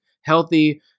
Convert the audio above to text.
healthy